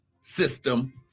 system